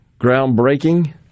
groundbreaking